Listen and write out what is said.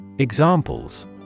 examples